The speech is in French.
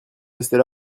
rester